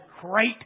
great